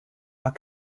are